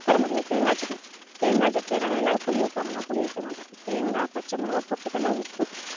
அப்புறம் பார்த்திங்கனா தேங்காய் சட்னி தேங்காய் சட்னியில் என்னெனா எல்லாேரும் புளி வைப்பாங்க நான் புளி வைக்கமாட்டேன் தேங்காய் பச்சை மிளவா பொட்டுக்கடல உப்பு